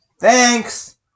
Thanks